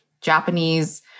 Japanese